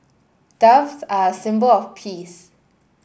doves are a symbol of peace